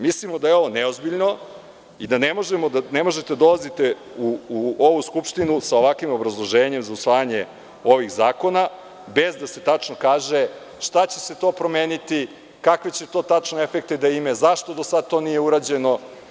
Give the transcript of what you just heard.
Mislimo da je ovo neozbiljno i da ne možete da dolazite u ovu Skupštinu sa ovakvim obrazloženjem za usvajanje ovih zakona, bez da se tačno kaže šta će se to promeniti, kakve će to tačno efekte da ima, zašto do sada to nije urađeno?